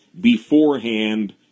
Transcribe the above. beforehand